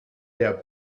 der